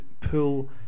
pull